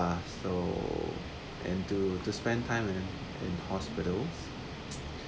so and to to spend time in in hospitals